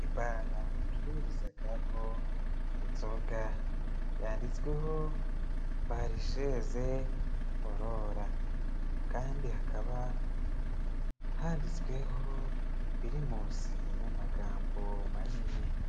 Ibara bacururizagaho inzoga, yanditsweho bari jeze folola, kandi hakaba handitsweho pirimusi n'amagambo manini.